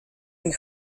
and